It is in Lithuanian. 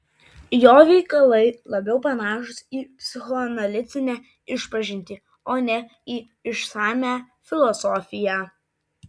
jo veikalai labiau panašūs į psichoanalitinę išpažintį o ne į išsamią filosofiją